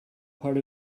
part